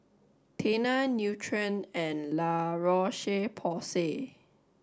Tena Nutren and La Roche Porsay